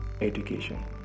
education